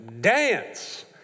dance